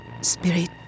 Spirit